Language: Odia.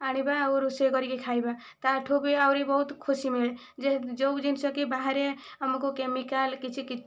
ଆଣିବା ଆଉ ରୋଷେଇ କରିକି ଖାଇବା ତାହା ଠାରୁ ବି ଆହୁରି ବହୁତ ଖୁସି ମିଳେ ଯେ ଯେଉଁ ଜିନିଷ କି ବାହାରେ ଆମକୁ କେମିକାଲ କିଛି କି